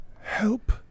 Help